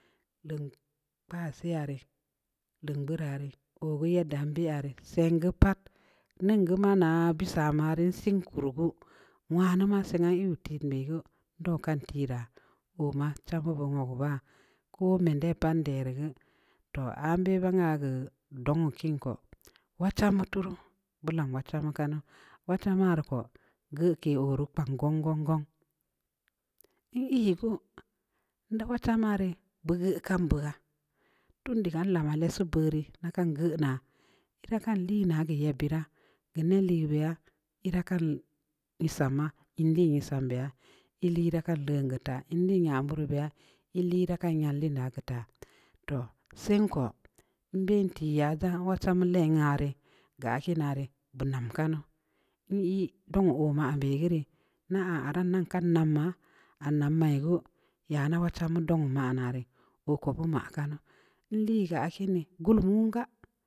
Leungkpassi aah ree. leuggeuraa rii, oo gu yedd ndaa nbeyaa rii, seng geu pat, ning gu maa naa bissi nyama ree, sign nkurui geu, nwanu maa seng aah nyiw tip be rii, ndau kan tirraa, oo maa chamba beu wogu baa, koo maan de pat nde rri geu toh! Aah nbe bangyaa geu dongnhu kin ko, wad chamba tuu ruu, beu lam wad chamba kunu, wad chamba rii ko, geu oo rii kpang oo gong-gong, n'ii geu, wad chamba rii beu geuh kan beuha, tun dii gaa, nlama lessu beuh rii, nda kan geu naa, ida kan lii naa geu yebbeuraa, geu neb liigeu beya, ii dd kan iissama, in liin nyisaam beya, ii lii ii da kan leun geu taa, in liin nyanbeureu beya, ii lii ii da kan yanlin geu taa, toh! Sen ko, nbeh ntii yaa, nda wad chamba pengha rii, geu aah kiin dii, beu naam kanu, bu ii dongnhu oo maan be geu rii, nda ahn aran kan dan namaa. aah naamai geunya da wad chamba dongnhu maan aah rii. oo ko bu maa kanu, nlii geu gullum wun gaa.